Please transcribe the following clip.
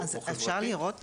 או חברתית --- אז אפשר לראות?